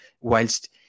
Whilst